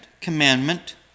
commandment